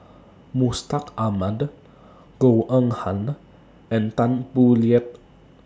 Mustaq Ahmad Goh Eng Han and Tan Boo Liat